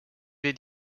wir